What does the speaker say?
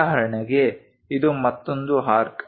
ಉದಾಹರಣೆಗೆ ಇದು ಮತ್ತೊಂದು ಆರ್ಕ್